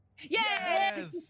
Yes